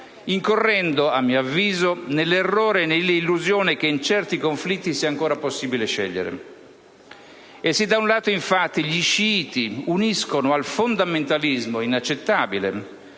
incorrendo - a mio avviso - nell'errore e nell'illusione che in certi conflitti sia ancora possibile scegliere. Se da un lato, infatti, gli sciiti uniscono al fondamentalismo, inaccettabile